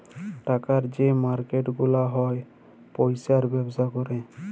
টাকার যে মার্কেট গুলা হ্যয় পয়সার ব্যবসা ক্যরে